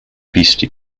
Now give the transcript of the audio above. beastie